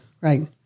right